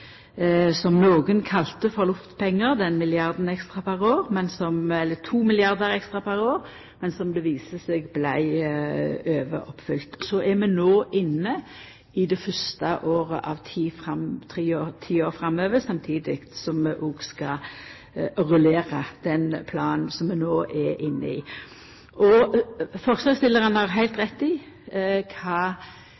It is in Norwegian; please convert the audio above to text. som nokon kalla for luftpengar – dei to milliardane ekstra per år – men som det viste seg vart overoppfylt. Så er vi no inne i det fyrste året av ti år framover, samtidig som vi òg skal rullera den planen som vi no er inne i. Forslagsstillarane har heilt